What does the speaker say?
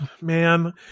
Man